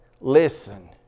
Listen